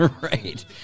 right